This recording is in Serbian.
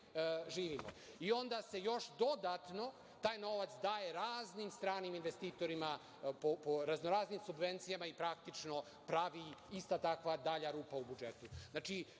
živimo, i onda se još dodatno taj novac daje raznim stranim investitorima po raznoraznim subvencijama i praktično pravi ista takva dalja rupa u budžetu. Znači,